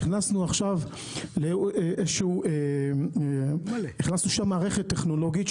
הכנסנו לשם למערכת טכנולוגית,